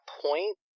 point